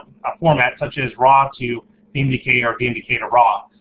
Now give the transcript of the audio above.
ah format, such as raw to vmdk or vmdk to raw.